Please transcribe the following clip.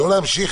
לא להמשיך,